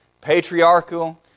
patriarchal